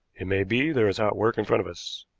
it may be there is hot work in front of us,